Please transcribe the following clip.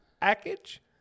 Package